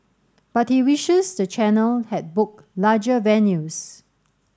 but he wishes the channel had booked larger venues